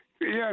Yes